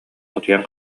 утуйан